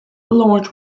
launch